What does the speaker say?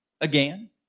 again